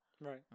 right